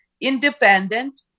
independent